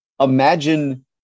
imagine